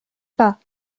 pas